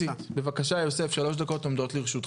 בבקשה, יוסף, שלוש דקות עומדות לרשותך.